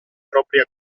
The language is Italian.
propria